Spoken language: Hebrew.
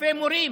אלפי מורים.